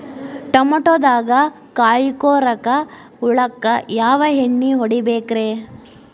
ಟಮಾಟೊದಾಗ ಕಾಯಿಕೊರಕ ಹುಳಕ್ಕ ಯಾವ ಎಣ್ಣಿ ಹೊಡಿಬೇಕ್ರೇ?